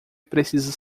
precisa